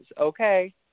Okay